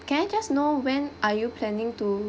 can I just know when are you planning to